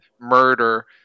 murder